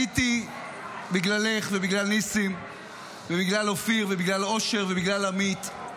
עליתי בגללך ובגלל ניסים ובגלל אופיר ובגלל אושר ובגלל עמית.